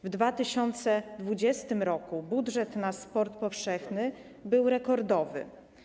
W 2020 r. budżet na sport powszechny był rekordowy.